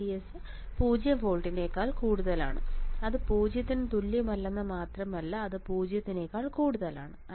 VDS 0 volt അത് 0 ന് തുല്യമല്ലെന്ന് മാത്രമല്ല അത് 0 നേക്കാൾ വലുതാണ്